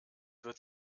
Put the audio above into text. wird